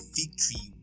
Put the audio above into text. victory